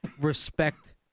respect